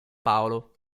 paolo